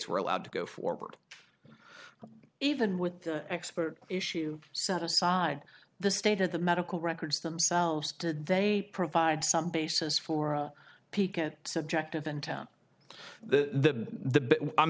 were allowed to go forward even with the expert issue set aside the state of the medical records themselves they provide some basis for a piquant subjective in town the i'm